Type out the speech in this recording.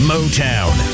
Motown